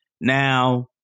Now